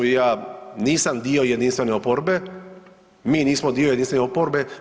I ja nisam dio jedinstvene oporbe, mi nismo dio jedinstvene oporbe.